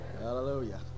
Hallelujah